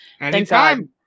Anytime